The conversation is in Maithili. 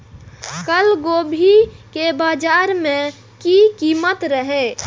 कल गोभी के बाजार में की कीमत रहे?